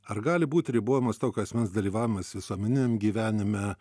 ar gali būti ribojamas tokio asmens dalyvavimas visuomeniniam gyvenime